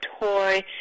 toy